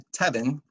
Tevin